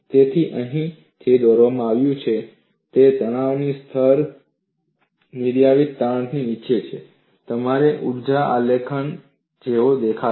તેથી અહીં જે દોરવામાં આવ્યું છે તે છે જ્યારે તણાવનું સ્તર નિર્ણાયક તાણથી નીચે હોય છે ત્યારે ઊર્જા આલેખ આના જેવો દેખાશે